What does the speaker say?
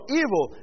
evil